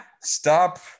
stop